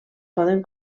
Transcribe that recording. poden